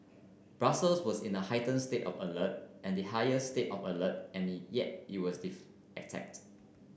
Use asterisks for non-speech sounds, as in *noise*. Brussels was in a heighten state of alert and the highest state of alert and yet it was *unintelligible* attacked